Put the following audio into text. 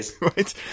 right